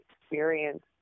experience